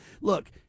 look